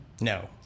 No